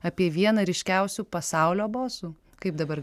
apie vieną ryškiausių pasaulio bosų kaip dabar